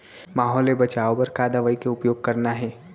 माहो ले बचाओ बर का दवई के उपयोग करना हे?